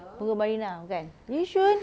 punggol marina kan yishun